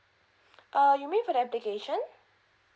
uh you mean for the application